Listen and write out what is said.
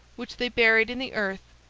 which they buried in the earth,